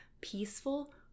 peaceful